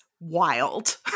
wild